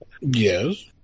yes